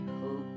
hope